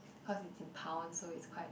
cause it's in pound so it's quite